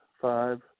five